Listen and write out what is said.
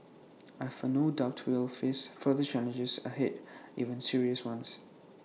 I have no doubt we will face further challenges ahead even serious ones